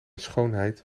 schoonheid